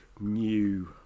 new